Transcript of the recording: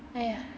!aiya!